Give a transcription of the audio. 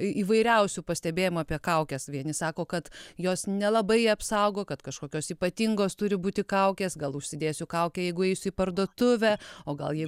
į įvairiausių pastebėjimų apie kaukes vieni sako kad jos nelabai apsaugo kad kažkokios ypatingos turi būti kaukės gal užsidėsiu kaukę jeigu eisiu į parduotuvę o gal jei